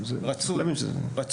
רצוי.